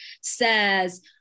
says